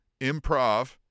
improv